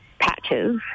patches